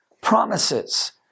promises